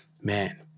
man